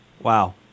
Wow